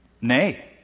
Nay